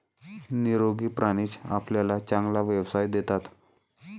निरोगी प्राणीच आपल्याला चांगला व्यवसाय देतात